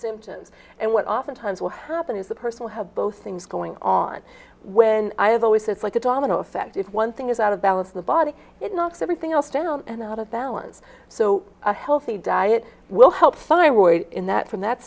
symptoms and what oftentimes will happen is the personal have both things going on when i have always it's like a domino effect if one thing is out of balance the body it knocks everything else down and out of balance so a healthy diet will help fight in that from that